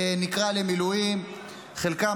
חלקם,